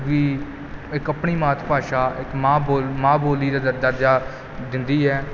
ਕਿ ਇੱਕ ਆਪਣੀ ਮਾਤ ਭਾਸ਼ਾ ਇੱਕ ਮਾਂ ਬੋ ਮਾਂ ਬੋਲੀ ਦਾ ਦਰਜਾ ਦਿੰਦੀ ਹੈ